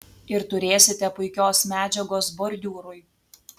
ir turėsite puikios medžiagos bordiūrui